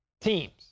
teams